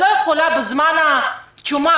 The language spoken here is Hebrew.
את לא יכולה בזמן הבועה,